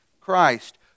Christ